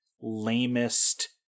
lamest